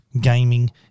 gaming